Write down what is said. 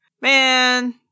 man